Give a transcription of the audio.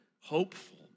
hopeful